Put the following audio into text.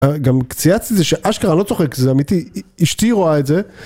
גם קציאצי זה שאשכרה לא צוחק, זה אמיתי, אשתי רואה את זה.